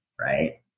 right